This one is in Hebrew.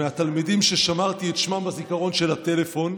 זה מהתלמידים ששמרתי את שמם בזיכרון של הטלפון.